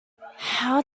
how